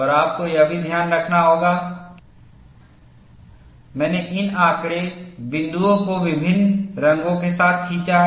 और आपको यह भी ध्यान रखना होगा कि मैंने इन आंकड़े बिंदुओं को विभिन्न रंगों के साथ खींचा है